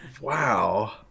Wow